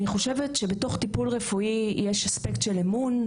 אני חושבת שבתוך טפול רפואי יש אספקט של אמון,